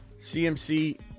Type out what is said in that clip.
CMC